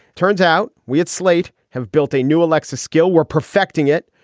turns out we at slate have built a new aleksa skill, were perfecting it.